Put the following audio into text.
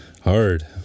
hard